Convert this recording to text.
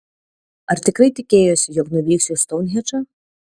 ar tikrai tikėjosi jog nuvyksiu į stounhendžą